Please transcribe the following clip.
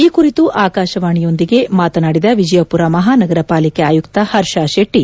ಈ ಕುರಿತು ಆಕಾಶವಾಣಿಯೊಂದಿಗೆ ಮಾತನಾಡಿದ ವಿಜಯಪುರ ಮಹಾನಗರ ಪಾಲಿಕೆ ಆಯುಕ್ತ ಪರ್ಷ ಶೆಟ್ಟಿ